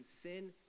sin